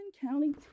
county